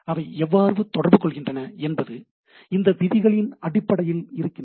அவை எவ்வாறு தொடர்பு கொள்கின்றன என்பது இந்த விதிகளின் அடிப்படையில் இருக்கின்றது